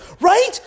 Right